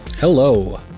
Hello